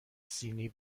سینی